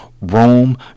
Rome